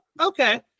Okay